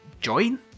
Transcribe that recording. join